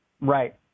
Right